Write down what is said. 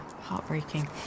heartbreaking